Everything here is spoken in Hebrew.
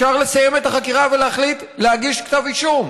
אפשר לסיים את החקירה ולהחליט להגיש כתב אישום.